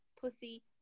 pussy